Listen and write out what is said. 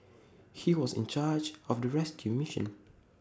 he was in charge of the rescue mission